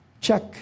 check